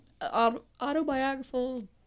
Autobiographical